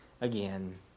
again